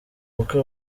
bukwe